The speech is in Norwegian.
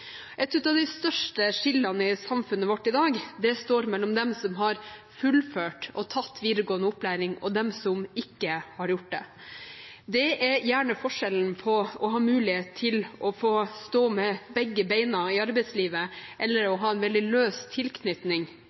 Et av de største skillene i samfunnet vårt i dag står mellom dem som har fullført og tatt videregående opplæring, og dem som ikke har gjort det. Det er gjerne forskjellen på å ha mulighet til å få stå med begge beina i arbeidslivet eller å ha en veldig løs tilknytning